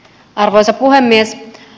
arvoisa puhemies